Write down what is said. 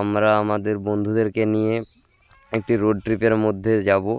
আমরা আমাদের বন্ধুদেরকে নিয়ে একটি রোড ট্রিপের মধ্যে যাবো